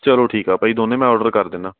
ਚਲੋ ਠੀਕ ਆ ਭਾਅ ਜੀ ਦੋਨੋਂ ਮੈਂ ਔਡਰ ਕਰ ਦਿੰਦਾ